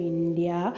India